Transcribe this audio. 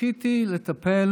זכיתי לטפל